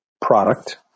product